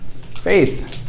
Faith